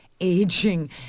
aging